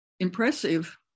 impressive